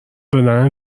دادن